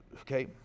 okay